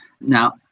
now